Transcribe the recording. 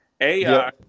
AI